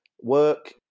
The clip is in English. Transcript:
work